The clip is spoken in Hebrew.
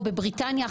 או בבריטניה,